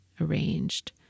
arranged